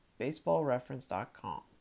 BaseballReference.com